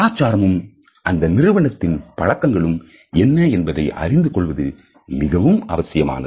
கலாச்சாரமும் அந்த நிறுவனத்தின் பழக்கங்களும் என்ன என்பதை அறிந்து கொள்வது மிகவும் அவசியமானது